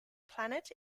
planet